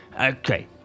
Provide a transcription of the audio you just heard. okay